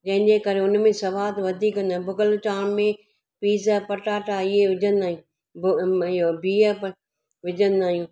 जंहिंजे करे हुन में सवादु वधीक न भुॻल चांवर में पीस या पटाटा इहे विझंदा आहियूं बिहु विझंदा आहियूं